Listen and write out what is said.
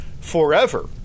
forever